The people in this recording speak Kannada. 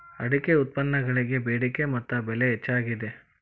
ಅಡಿಕೆ ಉತ್ಪನ್ನಗಳಿಗೆ ಬೆಡಿಕೆ ಮತ್ತ ಬೆಲೆ ಹೆಚ್ಚಾಗಿದೆ